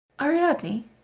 Ariadne